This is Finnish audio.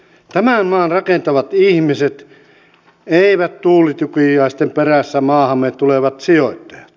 tämän maan rakentavat ihmiset eivät tuulitukiaisten perässä maahamme tulevat sijoittajat